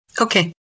okay